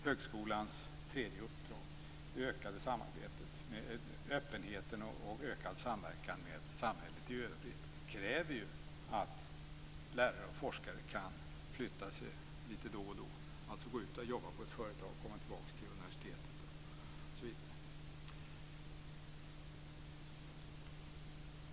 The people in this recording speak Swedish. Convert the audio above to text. Högskolans tredje uppdrag, öppenhet och ökad samverkan med samhället i övrigt, kräver ju att lärare och forskare kan flytta sig litet då och då. Det kräver att de kan jobba på ett företag och sedan komma tillbaka till universitetet.